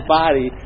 body